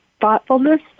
thoughtfulness